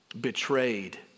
betrayed